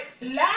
Last